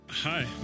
Hi